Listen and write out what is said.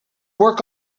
work